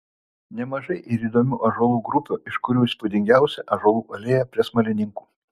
nemažai ir įdomių ąžuolų grupių iš kurių įspūdingiausia ąžuolų alėja prie smalininkų